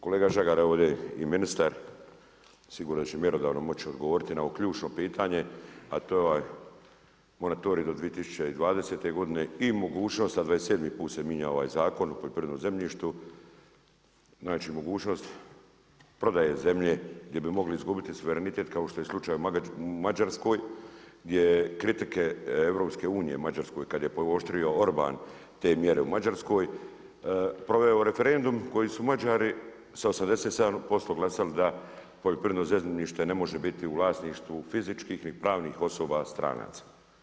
Kolega Žagar, evo ovdje je i ministar, sigurno će mjerodavno moći odgovoriti na ovo ključno pitanje a to je ovaj moratorij do 2020. godine i mogućnost, a 27 put se mijenja ovaj Zakon o poljoprivrednom zemljištu, znači mogućnost prodaje zemlje gdje bi mogli izgubiti suverenitet kao što je slučaj u Mađarskoj gdje kritike EU u Mađarskoj kada je pooštrio Orban te mjere u Mađarskoj proveo referendum koji su Mađari sa 87% glasali da poljoprivredno zemljište ne može biti u vlasništvu fizičkih ni pravnih osoba, stranaca.